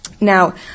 Now